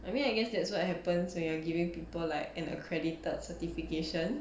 I mean I guess that's what happens when you are giving people like an accredited certification